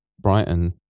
Brighton